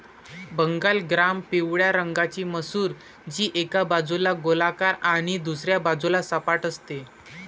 Bengal gram पिवळ्या रंगाची मसूर, जी एका बाजूला गोलाकार आणि दुसऱ्या बाजूला सपाट असते